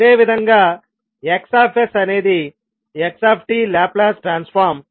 అదేవిధంగాX అనేది xలాప్లాస్ ట్రాన్సఫార్మ్